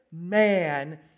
man